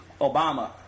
Obama